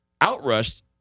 outrushed